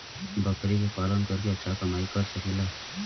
बकरी के पालन करके अच्छा कमाई कर सकीं ला?